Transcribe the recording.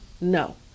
No